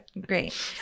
Great